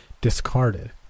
discarded